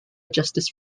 justice